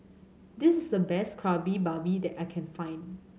this is the best Kari Babi that I can find